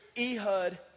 Ehud